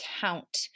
count